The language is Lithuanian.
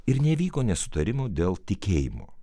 ir nevyko nesutarimų dėl tikėjimo